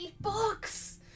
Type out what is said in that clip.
books